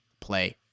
play